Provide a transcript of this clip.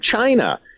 China